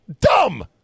Dumb